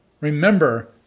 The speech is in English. Remember